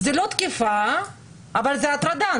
זו לא תקיפה אבל זו הטרדה,